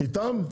איתם?